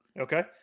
Okay